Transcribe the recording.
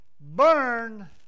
burn